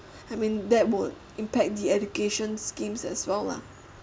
I mean that would impact the education schemes as well lah